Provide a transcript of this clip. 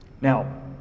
Now